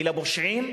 ולפושעים,